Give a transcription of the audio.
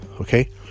Okay